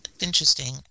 interesting